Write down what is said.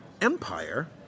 empire